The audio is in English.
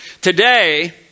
Today